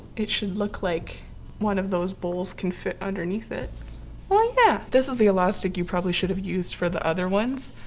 it should look like one of those bowls can fit underneath it oh, yeah! this is the elastic you probably should have used for the other ones,